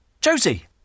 Josie